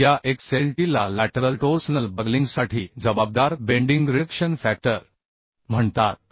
या xlt ला lateral torsional बकलिंगसाठी जबाबदार बेंडिंग रिडक्शन फॅक्टर म्हणतात